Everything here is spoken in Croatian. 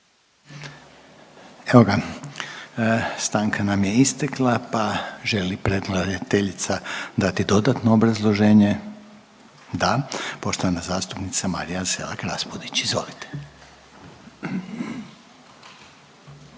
SATI Stanka nam je istekla, pa želi predlagateljica dati dodatno obrazloženje? Da. Poštovana zastupnica Marija Selak-Raspudić, izvolite.